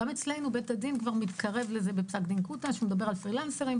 גם אצלנו בית הדין כבר מתקרב לזה בפסק דין כותה שמדבר על פרילנסרים,